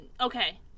okay